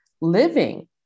living